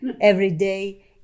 everyday